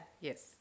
Yes